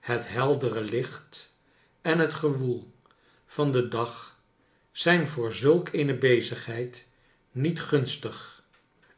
het heldere licht en het gewoel van den dag zijn voor zulk eene bezigheid niet gunstig